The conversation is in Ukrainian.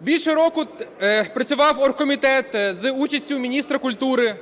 Більше року працював оргкомітет за участю міністра культури,